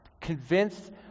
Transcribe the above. convinced